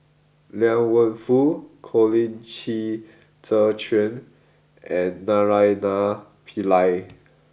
Liang Wenfu Colin Qi Zhe Quan and Naraina Pillai